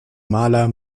maler